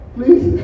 Please